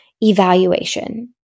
evaluation